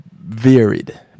varied